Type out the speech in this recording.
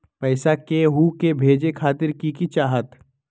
पैसा के हु के भेजे खातीर की की चाहत?